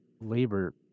labor